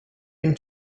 been